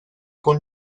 con